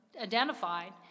identified